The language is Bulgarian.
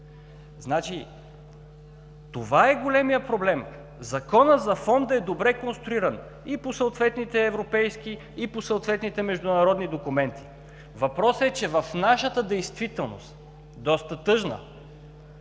Това е големият проблем. Законът за Фонда е добре конструиран и по съответните европейски, и по съответните международни документи. Въпросът е, че в нашата действителност – доста тъжна,